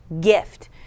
gift